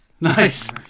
nice